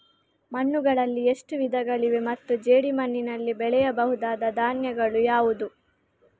ಮಣ್ಣುಗಳಲ್ಲಿ ಎಷ್ಟು ವಿಧಗಳಿವೆ ಮತ್ತು ಜೇಡಿಮಣ್ಣಿನಲ್ಲಿ ಬೆಳೆಯಬಹುದಾದ ಧಾನ್ಯಗಳು ಯಾವುದು?